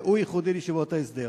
והוא ייחודי לישיבות ההסדר.